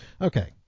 okay